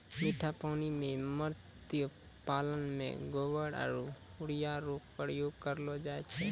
मीठा पानी मे मत्स्य पालन मे गोबर आरु यूरिया रो प्रयोग करलो जाय छै